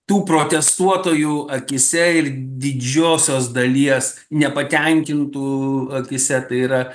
tų protestuotojų akyse ir didžiosios dalies nepatenkintų akyse tai yra